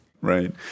Right